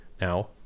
Now